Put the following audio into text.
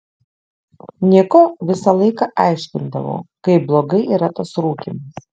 niko visą laiką aiškindavau kaip blogai yra tas rūkymas